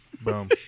Boom